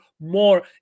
more